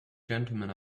gentlemen